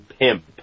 pimp